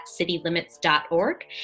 citylimits.org